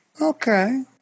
Okay